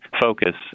focus